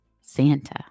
Santa